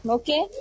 okay